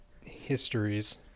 Histories